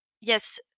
yes